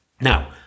Now